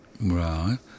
Right